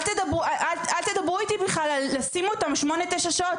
אל תדברו איתי בכלל על לשים אותם שם לשמונה או תשע שעות,